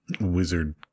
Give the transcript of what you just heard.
wizard